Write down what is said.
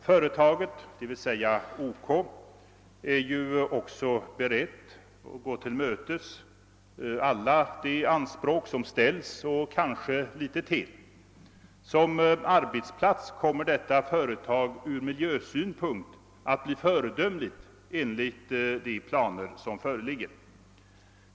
Företaget — dvs. OK — är ju också berett att tillmötesgå alla de anspråk som ställs och kanske litet till. Såsom arbetsplats kommer detta företag från miljösynpunkt att bli föredömligt enligt de planer som föreligger.